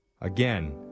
Again